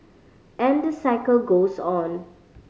and the cycle goes on